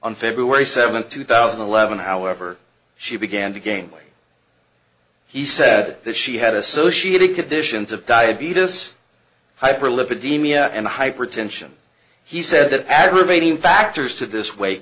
on february seventh two thousand and eleven however she began to gain weight he said that she had associated conditions of diabetes hyperlipidemia and hypertension he said that aggravating factors to this weight